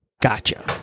Gotcha